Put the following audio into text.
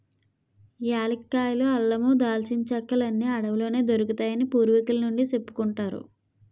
ఏలక్కాయలు, అల్లమూ, దాల్చిన చెక్కలన్నీ అడవిలోనే దొరుకుతాయని పూర్వికుల నుండీ సెప్పుకుంటారు